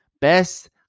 best